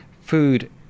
food